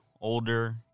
older